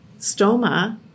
stoma